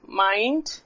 mind